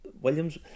Williams